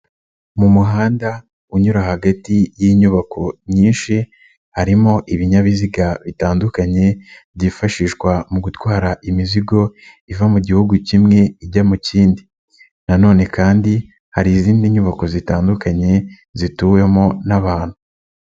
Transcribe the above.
Mu muhanda unyura hagati y'inyubako nyinshi, harimo ibinyabiziga bitandukanye byifashishwa mu gutwara imizigo, iva mu gihugu kimwe ijya mu kindi na none kandi hari izindi nyubako zitandukanye, zituwemo n'abantu.